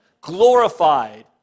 glorified